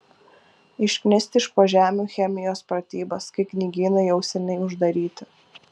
išknisti iš po žemių chemijos pratybas kai knygynai jau seniai uždaryti